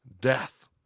Death